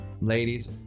ladies